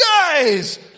guys